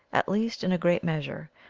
at least in a great measure,